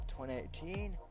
2018